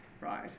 right